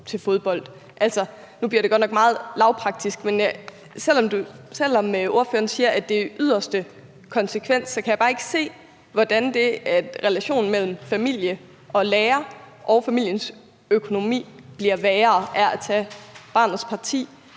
til fodbold? Nu bliver det godt nok meget lavpraktisk. Men selv om ordføreren siger, at det er i yderste konsekvens, så kan jeg bare ikke se, hvordan relationen mellem familie og lærer og familiens økonomi bliver værre af at tage barnets parti